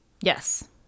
yes